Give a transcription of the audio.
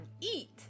eat